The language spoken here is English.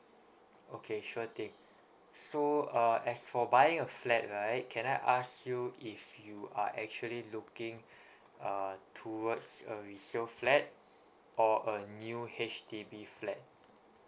okay sure thing so uh as for buying a flat right can I ask you if you are actually looking uh towards a resale flat or a new H_D_B flat